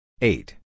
eight